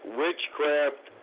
witchcraft